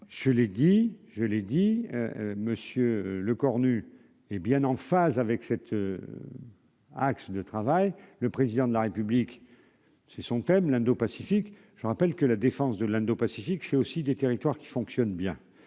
je l'ai dit monsieur le Cornu hé bien en phase avec cet axe de travail : le président de la République, c'est son thème l'indo-Pacifique, je rappelle que la défense de l'Indopacifique chez aussi des territoires qui fonctionne bien